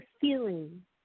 feeling